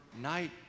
night